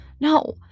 No